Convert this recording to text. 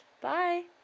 bye